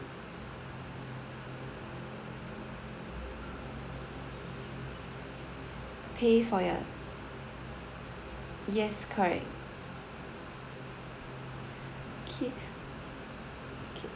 pay for your yes correct okay okay